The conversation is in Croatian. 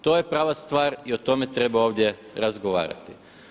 To je prava stvar i o tome treba ovdje razgovarati.